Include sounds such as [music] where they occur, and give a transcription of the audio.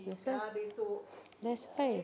that's why [noise] that's why